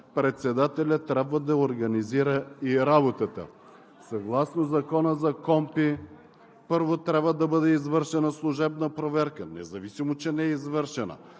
председателят трябва да организира и работата. Съгласно Закона за КПКОНПИ първо трябва да бъде извършена служебна проверка, независимо че не е извършена,